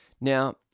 Now